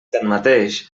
tanmateix